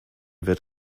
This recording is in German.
wird